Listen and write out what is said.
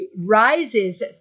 rises